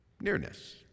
nearness